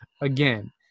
again